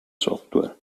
software